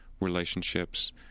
relationships